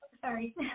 Sorry